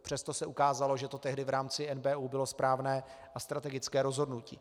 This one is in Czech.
Přesto se ukázalo, že to tehdy v rámci NBÚ bylo správné a strategické rozhodnutí.